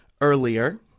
earlier